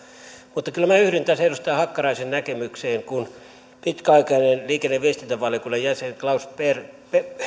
mutta kyllä minä yhdyn tässä edustaja hakkaraisen näkemykseen pitkäaikainen liikenne ja viestintävaliokunnan jäsen klaus bremer